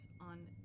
on